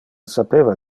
sapeva